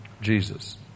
Jesus